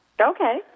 Okay